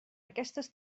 aquestes